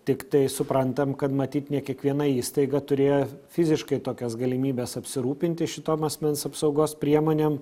tiktai suprantam kad matyt ne kiekviena įstaiga turėjo fiziškai tokias galimybes apsirūpinti šitom asmens apsaugos priemonėm